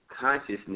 consciousness